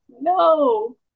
no